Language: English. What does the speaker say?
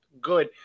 good